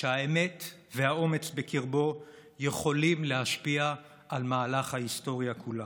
שהאמת והאומץ בקרבו יכולים להשפיע על מהלך ההיסטוריה כולה.